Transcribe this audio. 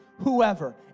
whoever